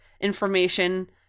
information